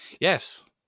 Yes